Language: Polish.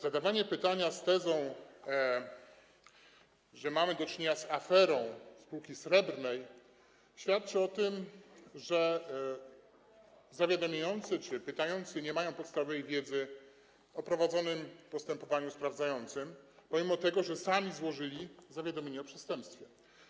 Zadawanie pytania z tezą, że mamy do czynienia z aferą spółki Srebrna, świadczy o tym, że zawiadamiający czy pytający nie mają podstawowej wiedzy o prowadzonym postępowaniu sprawdzającym, pomimo tego, że sami złożyli zawiadomienie o przestępstwie.